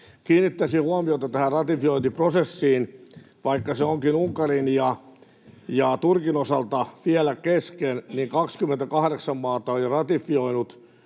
Kiinnittäisin huomiota tähän ratifiointiprosessiin. Vaikka se onkin Unkarin ja Turkin osalta vielä kesken, niin 28 maata on jo ratifioinut